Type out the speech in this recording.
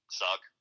suck